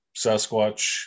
Sasquatch